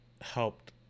helped